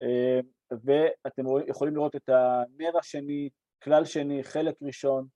ואתם יכולים לראות את המירה שני, כלל שני, חלק ראשון,